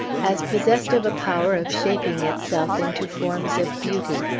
as possessed of a power of shaping itself into forms of beauty.